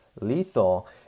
lethal